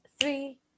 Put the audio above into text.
three